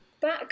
Back